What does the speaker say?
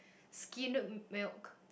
skimmed milk